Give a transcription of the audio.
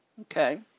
Okay